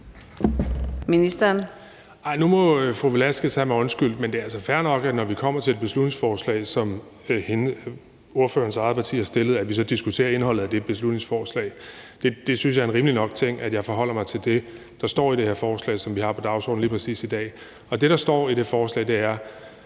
Bek): Nu må fru Victoria Velasquez have mig undskyldt. Det er altså fair nok, at når vi kommer til et beslutningsforslag, som ordførerens eget parti har fremsat, så diskuterer vi indholdet af det beslutningsforslag. Jeg synes, det er rimeligt nok, at jeg forholder mig til det, der står i det forslag, som vi har på dagsordenen lige præcis i dag. Det, der står i det forslag, er,